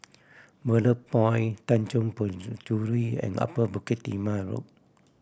Bedok Point Tanjong Penjuru and Upper Bukit Timah Road